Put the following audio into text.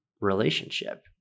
relationship